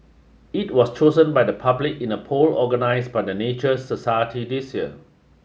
it was chosen by the public in a poll organised by the Nature Society this year